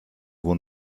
wohl